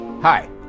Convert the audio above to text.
Hi